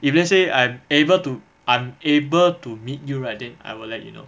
if let's say I'm able to I'm able to meet you right then I will let you know